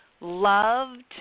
loved